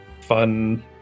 fun